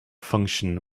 function